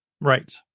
Right